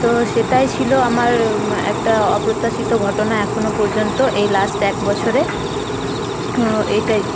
তো সেটাই ছিল আমার একটা অপ্রত্যাশিত ঘটনা এখনও পর্যন্ত এই লাস্ট এক বছরে এইটাই